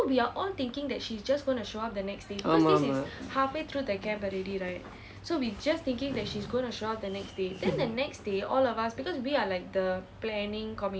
ஆமாம் ஆமாம்:aamaam aamaam